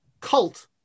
cult